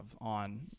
on